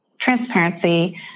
transparency